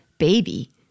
baby